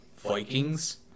Vikings